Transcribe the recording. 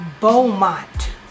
Beaumont